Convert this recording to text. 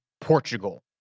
Portugal